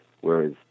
whereas